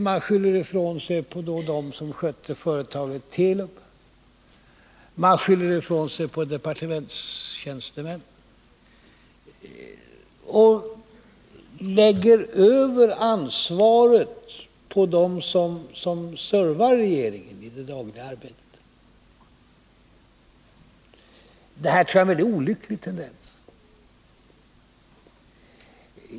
Man skyller ifrån sig på dem som skötte företaget Telub, man skyller ifrån sig på departementstjänstemän och lägger över ansvaret på dem som servar regeringen i det dagliga arbetet. Det här tror jag är en väldigt olycklig tendens.